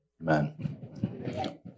Amen